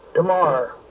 tomorrow